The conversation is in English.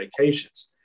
medications